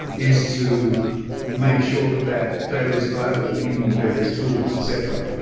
is to make sure that that data is available in the various tools, etc.